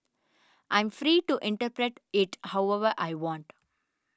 I'm free to interpret it however I want